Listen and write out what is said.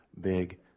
big